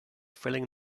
filling